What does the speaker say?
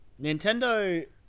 Nintendo